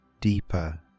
deeper